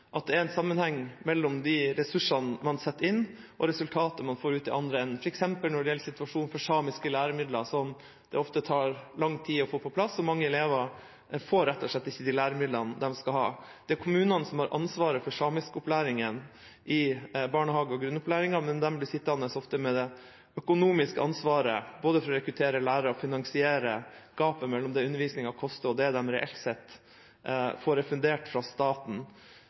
at det er en sammenheng mellom de ressursene man setter inn, og resultatet man får ut i den andre enden – f.eks. når det gjelder situasjonen for samiske læremidler, som det ofte tar lang tid å få på plass. Mange elever får rett og slett ikke de læremidlene de skal ha. Det er kommunene som har ansvaret for samiskopplæringen i barnehage- og grunnopplæringen, men de blir ofte sittende med det økonomiske ansvaret for både å rekruttere lærere og å finansiere gapet mellom det undervisningen koster, og det de reelt sett får refundert fra staten.